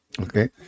Okay